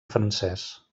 francès